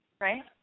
right